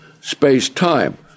space-time